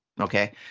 Okay